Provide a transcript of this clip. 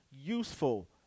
useful